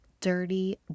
dirty